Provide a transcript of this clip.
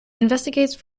investigates